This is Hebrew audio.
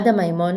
עדה מימון